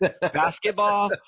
Basketball